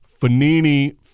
Fanini